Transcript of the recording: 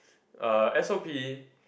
uh S_O_P